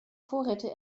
vorräte